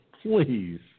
Please